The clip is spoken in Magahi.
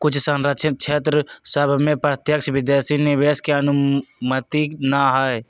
कुछ सँरक्षित क्षेत्र सभ में प्रत्यक्ष विदेशी निवेश के अनुमति न हइ